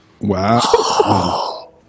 Wow